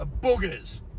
boogers